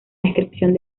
descripción